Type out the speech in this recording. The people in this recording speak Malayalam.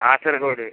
കാസർഗോഡ്